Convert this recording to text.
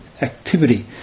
activity